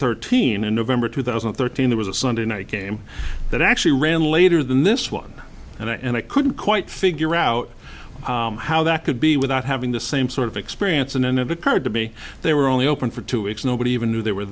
thirteen in november two thousand and thirteen there was a sunday night game that actually ran later than this one and i couldn't quite figure out how that could be without having the same sort of experience in and of occurred to me they were only open for two weeks nobody even knew they were